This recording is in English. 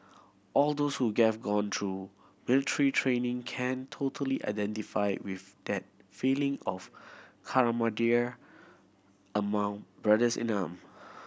all those who have gone through military training can totally identify with that feeling of camaraderie among brothers in arm